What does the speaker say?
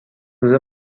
روزه